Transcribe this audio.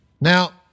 Now